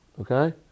Okay